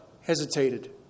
hesitated